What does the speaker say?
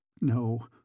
No